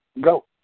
go